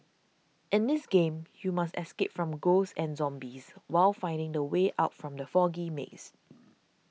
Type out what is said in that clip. in this game you must escape from ghosts and zombies while finding the way out from the foggy maze